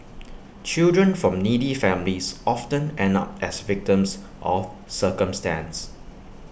children from needy families often end up as victims of circumstance